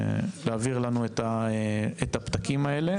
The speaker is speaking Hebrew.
תעבירו לנו את הפתקים האלה.